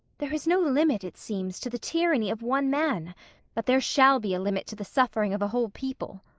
there is no limit, it seems, to the tyranny of one man but there shall be a limit to the suffering of a whole people.